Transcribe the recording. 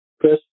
Chris